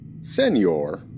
Senor